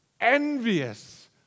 envious